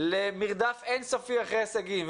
למרדף אין סופי אחרי הישגים,